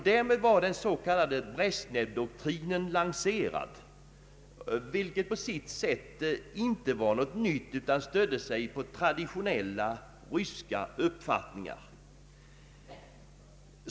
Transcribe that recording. Därmed var den s.k. Brezjnevdoktrinen lanserad, vilket på sitt sätt inte var något nytt utan stödde sig på traditionella ryska uppfattningar.